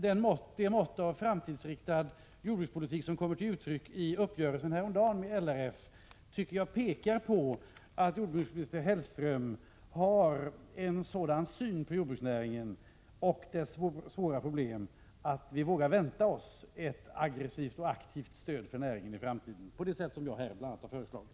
Det mått av framtidsriktad jordbrukspolitik som kommer till uttryck i uppgörelsen med LRF häromdagen tyder på att jordbruksminister Hellström har en sådan syn på jordbruksnäringen och dess svåra problem att vi vågar vänta oss ett aggressivt och aktivt stöd till näringen i framtiden på det sätt som jag här bl.a. har föreslagit.